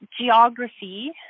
geography